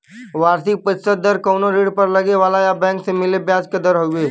वार्षिक प्रतिशत दर कउनो ऋण पर लगे वाला या बैंक से मिले ब्याज क दर हउवे